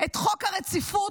את חוק הרציפות,